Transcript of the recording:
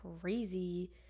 crazy